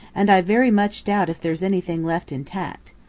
and i very much doubt if there's anything left intact.